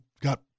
got